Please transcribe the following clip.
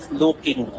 looking